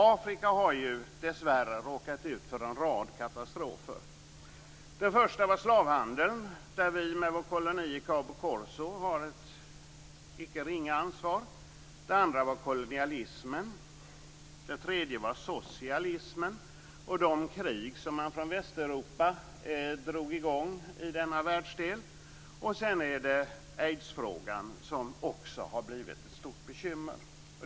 Afrika har dessvärre råkat ut för en rad katastrofer. Den första var slavhandeln, där vi med vår koloni i Cabo Corso har ett icke ringa ansvar. Den andra var kolonialismen. Den tredje var socialismen och de krig som man från Västeuropa drog i gång i denna världsdel. Aidsfrågan har också blivit ett stort bekymmer.